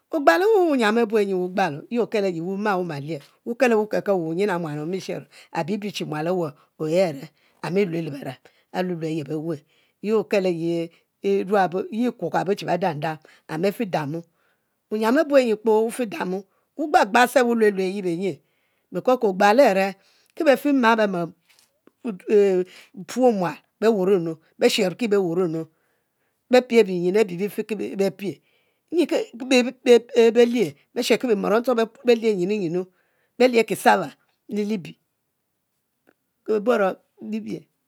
Ogbulo yi wunyiam abue nyi wu gbalo yi wukel lewekel, wuyin e'mual amishero, abi bi che mual aweh ohe are, amilue le bereb alulue ayeb e'wu e', yi akelo yi e’ yi kuka che bedam dum and betidamo, wuyiam abue nyi kpoo wufidamo wu gbal gba self wulue ye benyin, bew ke ogbalo are kibefima bema puo mual be wuor nu be shebri be wuruo nu, be pie benying abe befi ki bepie, nyun belie beshebki be muoro nctong be beshe ki yinu yinu, belie kisaba le libie